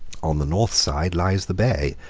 on the north side lies the bay,